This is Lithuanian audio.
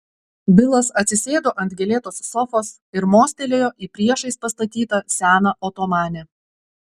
bilas atsisėdo ant gėlėtos sofos ir mostelėjo į priešais pastatytą seną otomanę